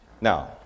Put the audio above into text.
Now